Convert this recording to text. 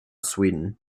sweden